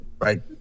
Right